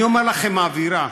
אני אומר לכם, האווירה.